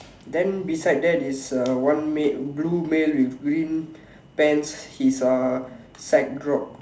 then beside that is a one male blue male with green pants his uh side dropped